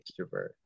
extrovert